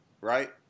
right